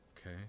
Okay